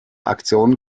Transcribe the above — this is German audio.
aktion